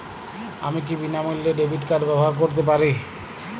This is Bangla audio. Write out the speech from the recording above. আমি কি বিনামূল্যে ডেবিট কার্ড ব্যাবহার করতে পারি?